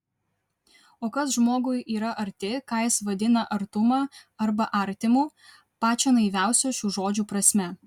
o kas žmogui yra arti ką jis vadina artuma arba artimu pačia naiviausia šių žodžių prasme